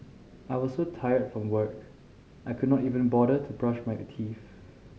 I was so tired from work I could not even bother to brush my teeth